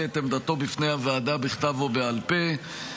את עמדתו לפני הוועדה בכתב או בעל פה.